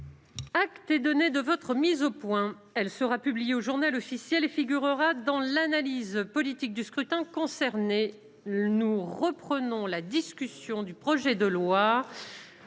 Acte est donné de votre mise au point. Elle sera publiée au et figurera dans l'analyse politique du scrutin. Nous reprenons la discussion du projet de loi,